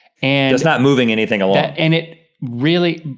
and that's not moving anything along. and it really,